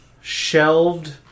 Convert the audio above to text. shelved